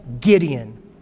gideon